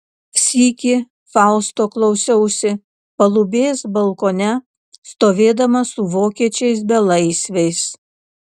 sykį fausto klausiausi palubės balkone stovėdama su vokiečiais belaisviais